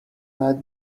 right